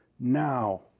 now